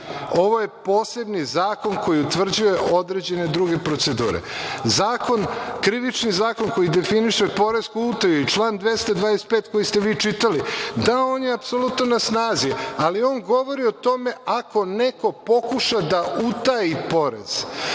Ovo je posebni zakon koji utvrđuje određene druge procedure. Krivični zakon koji definiše poresku utaju i član 225. koji ste vi čitali, da, on je apsolutno na snazi, ali on govori o tome ako neko pokuša da utaji porez,